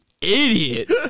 idiot